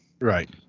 Right